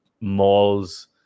malls